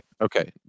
Okay